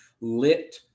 lit